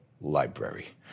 library